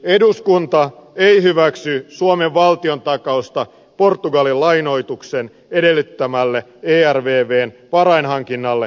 eduskunta ei hyväksy suomen valtiontakausta portugalin lainoituksen edellyttämälle ervvn varainhankinnalle